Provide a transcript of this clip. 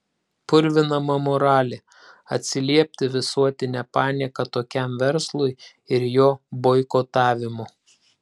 purvinama moralė atsiliepti visuotine panieka tokiam verslui ir jo boikotavimu